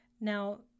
Now